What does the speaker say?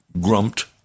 grumped